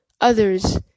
others